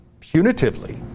Punitively